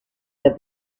have